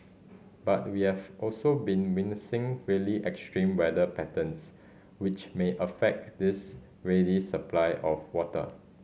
but we have also been really extreme weather patterns which may affect this ready supply of water